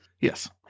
Yes